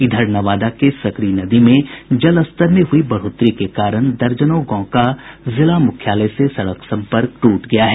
इधर नवादा के सकरी नदी में जलस्तर में हुई बढ़ोतरी के कारण दर्जनों गांव का जिला मुख्यालय से सड़क सम्पर्क टूट गया है